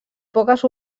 poques